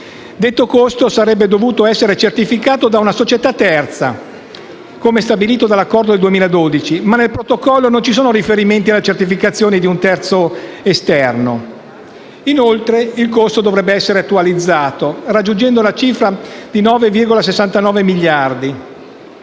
Detto costo sarebbe dovuto essere certificato da una società terza, come stabilito dall'accordo del 2012, ma nel protocollo non ci sono riferimenti alla certificazione di un terzo esterno. Inoltre il costo dovrebbe essere attualizzato, raggiungendo la cifra di 9,69 miliardi